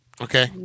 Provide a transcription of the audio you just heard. Okay